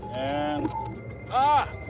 and ah!